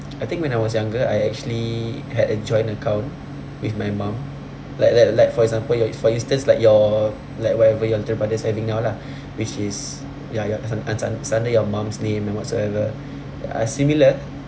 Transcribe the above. I think when I was younger I actually had a joint account with my mum like like like for example your for instance like your like whatever your little brother is having now lah which is ya your un~ it's un~ it's under your mum's name and whatsoever uh similar